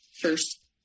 first